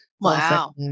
Wow